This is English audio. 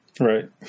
right